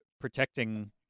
protecting